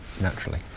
naturally